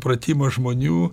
pratimą žmonių